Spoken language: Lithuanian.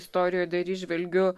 istorijoj dar įžvelgiu